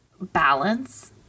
balance